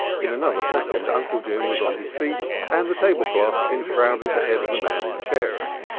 in another second uncle jim was on his feet and the tablecloth enshrouded the head of the man in checks.